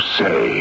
say